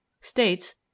states